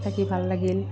থাকি ভাল লাগিল